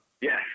Yes